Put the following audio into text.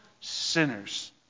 sinners